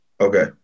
Okay